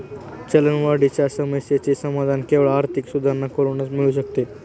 चलनवाढीच्या समस्येचे समाधान केवळ आर्थिक सुधारणा करूनच मिळू शकते